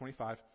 25